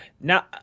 Now